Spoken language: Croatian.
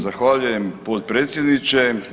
Zahvaljujem potpredsjedniče.